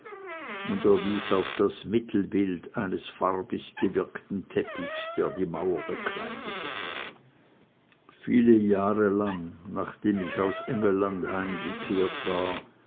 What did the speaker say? und er wies auf das mittelbild eines farbig gewirkten teppichs der die mauer bekleidete viele jahre lang nachdem ich aus engelland heimgekehrt war